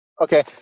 Okay